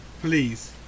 please